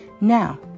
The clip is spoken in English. Now